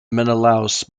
menelaus